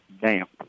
damp